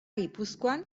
gipuzkoan